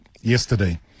yesterday